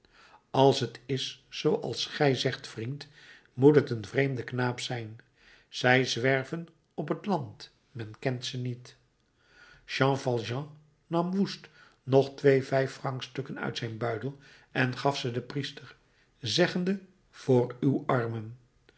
als t is zooals gij zegt vriend moet t een vreemde knaap zijn zij zwerven op het land men kent ze niet jean valjean nam woest nog twee vijffrancstukken uit zijn buidel en gaf ze den priester zeggende voor uw armen